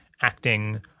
acting